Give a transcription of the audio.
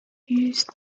used